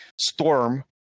storm